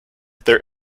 their